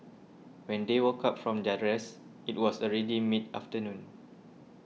when they woke up from their rest it was already mid afternoon